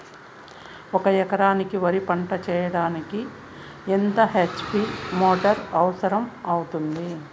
ఒక ఎకరా వరి పంట చెయ్యడానికి ఎంత హెచ్.పి మోటారు అవసరం అవుతుంది?